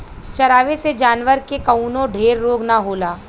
चरावे से जानवर के कवनो ढेर रोग ना होला